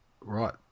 Right